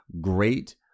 great